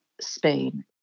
Spain